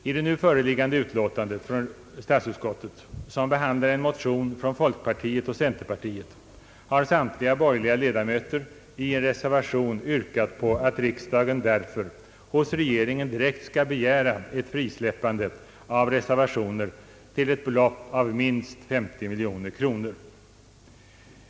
I det nu föreliggande utlåtandet från statsutskottet som behandlar en motion från folkpartiet och centerpartiet har samtliga borgerliga ledamöter i en reservation yrkat på att riksdagen hos regeringen direkt skall begära ett frisläppande av reservationer till ett belopp av minst 50 miljoner kronor.